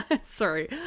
sorry